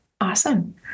Awesome